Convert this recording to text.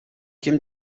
ким